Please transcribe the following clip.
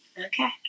Okay